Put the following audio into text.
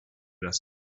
das